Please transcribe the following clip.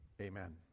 Amen